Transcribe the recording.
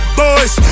boys